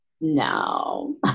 No